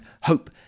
hope